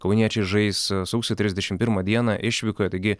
kauniečiai žais sausio trisdešim pirmą dieną išvykoj taigi